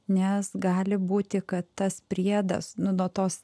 nes gali būti kad tas priedas nu nuo tos